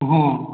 हाँ